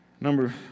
Number